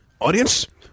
Audience